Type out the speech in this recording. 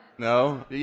No